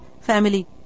family